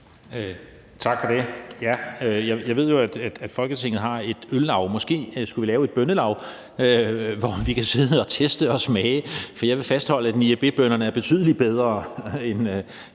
Tak for det. Jeg ved jo, at Folketinget har et øllaug. Måske skulle vi lave et bønnelaug, hvor vi kan sidde og teste og smage, for jeg vil fastholde, at niébébønnerne er betydelig bedre end